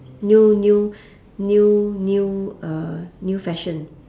new new new new uh new fashion